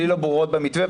שלי לא ברורות במתווה,